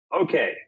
okay